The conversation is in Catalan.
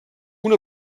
una